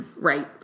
Right